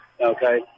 okay